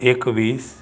એકવીસ